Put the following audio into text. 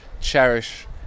cherish